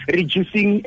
reducing